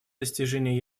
достижения